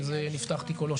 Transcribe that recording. אם נפתח תיק או לא.